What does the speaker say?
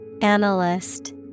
Analyst